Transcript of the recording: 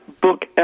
book